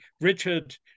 Richard